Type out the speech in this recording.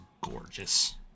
gorgeous